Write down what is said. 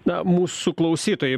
na mūsų klausytojai